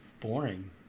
boring